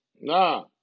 Nah